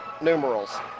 numerals